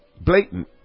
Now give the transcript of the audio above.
blatant